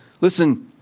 Listen